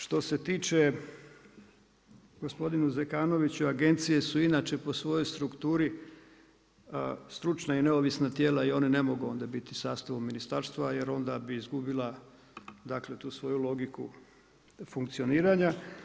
Što se tiče gospodine Zekanoviću, agencije su inače po svojoj strukturi stručna i neovisna tijela i one ne mogu onda biti u sastavu ministarstva jer onda bi izgubila dakle, tu svoju logiku funkcioniranja.